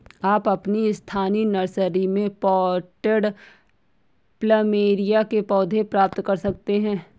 आप अपनी स्थानीय नर्सरी में पॉटेड प्लमेरिया के पौधे प्राप्त कर सकते है